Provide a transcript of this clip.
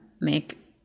make